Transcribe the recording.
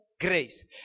grace